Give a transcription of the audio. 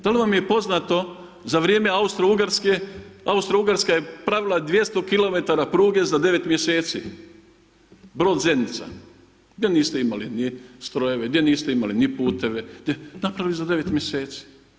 Da li vam je poznato za vrijeme Austrougarske, Austrougarska je pravila 200 km pruge za 9 mjeseci, Brod – Zenica, gdje niste imali ni strojeve, gdje niste imali ni puteve, napravili za 9 mjeseci.